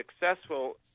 successful